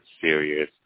serious